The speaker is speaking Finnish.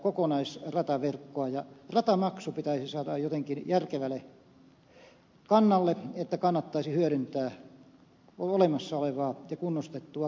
ja ratamaksu pitäisi saada jotenkin järkevälle kannalle että kannattaisi hyödyntää olemassa olevaa ja kunnostettua kokonaisuutta